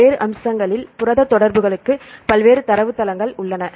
பல்வேறு அம்சங்களில் புரத தொடர்புகளுக்கு பல்வேறு தரவுத்தளங்கள் உள்ளன